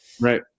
right